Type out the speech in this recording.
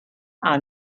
are